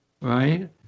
Right